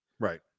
Right